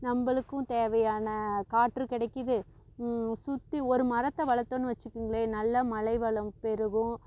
நம்பளுக்கும் தேவையான காற்று கிடைக்கிது சுற்றி ஒரு மரத்தை வளர்த்தோன்னு வச்சிக்கிங்களேன் நல்ல மழை வளம் பெருகும்